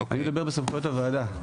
אני מדבר בסמכויות הוועדה,